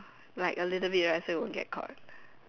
like a little bit right so you won't get caught